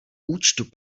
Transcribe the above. účtu